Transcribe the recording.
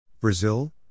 Brazil